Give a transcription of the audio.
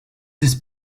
this